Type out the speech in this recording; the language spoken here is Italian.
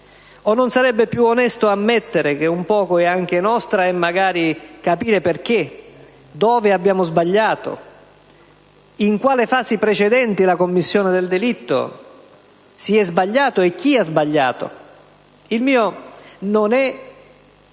o non sarebbe più onesto ammettere che un poco è anche nostra e magari capire perché, dove abbiamo sbagliato, in quali fasi precedenti la commissione del delitto si è sbagliato e chi ha sbagliato? Il mio non è,